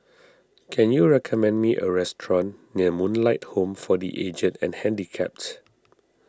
can you recommend me a restaurant near Moonlight Home for the Aged and Handicapped